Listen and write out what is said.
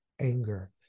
anger